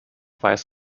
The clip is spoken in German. weiß